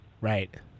Right